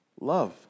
Love